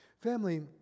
Family